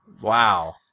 Wow